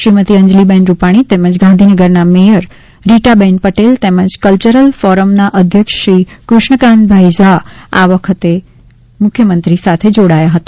શ્રીમતી અંજલીબેન રૂપાણી તેમજ ગાંધીનગરના મેયર રીટાબહેન પટેલ તેમજ કલ્યરલ ફોરમના અધ્યક્ષ શ્રી કૃષ્ણકાંતભાઈ ઝા આ અવસરે મુખ્યમંત્રી સાથે જોડાયા હતા